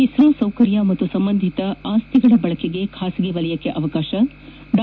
ಇಸ್ರೋ ಸೌಕರ್ಯ ಮತ್ತು ಸಂಬಂಧಿತ ಆಸ್ತಿಗಳ ಬಳಕೆಗೆ ಖಾಸಗಿ ವಲಯಕ್ಕೆ ಅವಕಾಶ ಡಾ